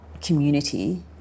community